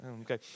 okay